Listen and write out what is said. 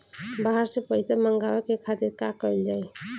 बाहर से पइसा मंगावे के खातिर का कइल जाइ?